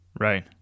Right